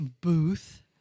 booth